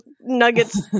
Nuggets